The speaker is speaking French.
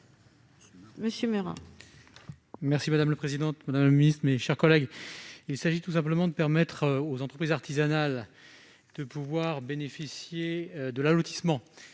Monsieur Meurant,